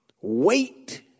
Wait